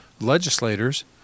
legislators